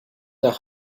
nach